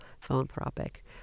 philanthropic